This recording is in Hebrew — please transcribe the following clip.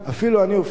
אפילו אני הופתעתי,